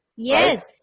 Yes